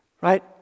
right